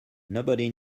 nobody